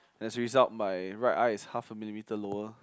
as a result my right eye is half a millimetre lower